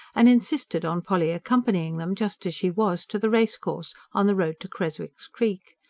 and insisted on polly accompanying them, just as she was, to the racecourse on the road to creswick's creek.